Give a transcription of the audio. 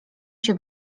się